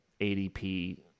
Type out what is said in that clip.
ADP